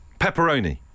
Pepperoni